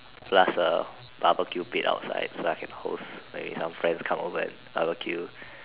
plus a barbecue pit outside so I can host maybe some friends come over and barbecue